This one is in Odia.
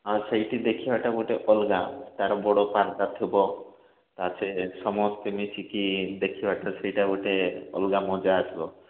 ହଁ ସେଇଠି ଦେଖିବାଟା ଗୋଟେ ଅଲଗା ତା'ର ବଡ଼ ପରଦା ଥିବ ତା'ର ସେ ସମସ୍ତେ ମିଶିକି ଦେଖିବାଟା ସେଇଟା ଗୋଟେ ଅଲଗା ମଜା ଆସିବ